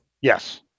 Yes